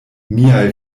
miaj